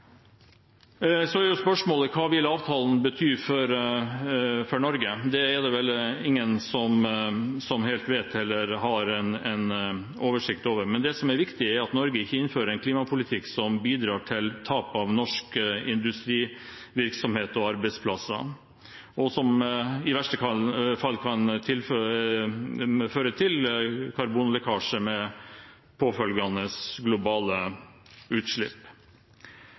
Så er spørsmålet: Hva vil avtalen bety for Norge? Det er det vel ingen som helt vet eller har oversikt over. Men det som er viktig, er at Norge ikke innfører en klimapolitikk som bidrar til tap av norsk industrivirksomhet og arbeidsplasser, og som i verste fall kan føre til karbonlekkasje med påfølgende globale utslipp.